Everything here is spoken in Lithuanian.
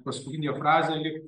paskutinė frazė lyg